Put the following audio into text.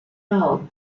null